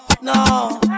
no